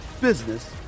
business